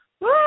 Woo